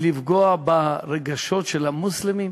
לפגוע ברגשות של המוסלמים?